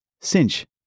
cinch